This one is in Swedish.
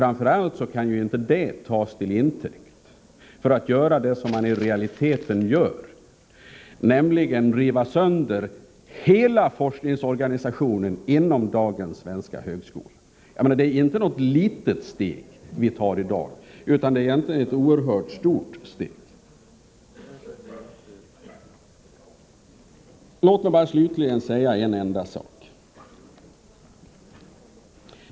Detta kan inte tas till intäkt för att göra det som man nu i realiteten gör, nämligen att riva sönder hela forskningsorganisationen inom dagens svenska högskola. Det är inte något litet steg vi tar i dag, utan ett oerhört stort steg. Låt mig slutligen ta upp en enda sak.